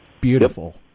beautiful